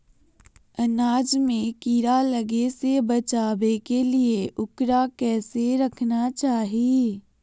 अनाज में कीड़ा लगे से बचावे के लिए, उकरा कैसे रखना चाही?